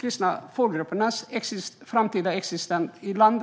kristna folkgruppernas framtida existens i landet.